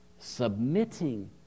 Submitting